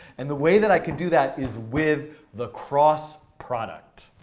and the way that i could do that is with the cross product.